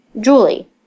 Julie